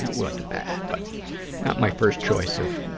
wasn't bad, but not my first choice of